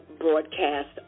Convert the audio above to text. broadcast